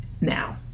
now